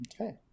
okay